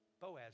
Boaz